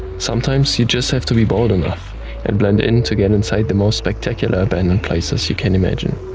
sometimes, you just have to be bold enough and blend in to get inside the most spectacular abandoned places you can imagine.